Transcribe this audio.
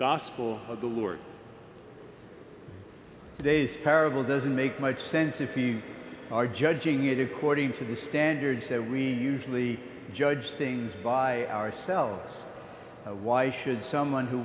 gospel of the lord today's parable doesn't make much sense if you are judging it according to the standard so we usually judge things by ourselves why should someone who